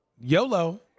yolo